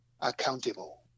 accountable